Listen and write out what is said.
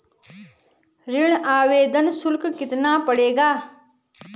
ऋण आवेदन शुल्क कितना पड़ेगा?